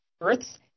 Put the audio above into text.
births